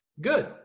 Good